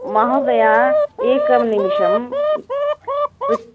महोदय एकः निमेषः पृछ्